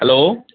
hello